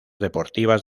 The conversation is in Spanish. deportivas